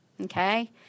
Okay